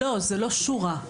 לא, זה לא שורה.